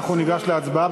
אנחנו ניגש להצבעה.